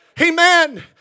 Amen